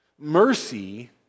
Mercy